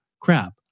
crap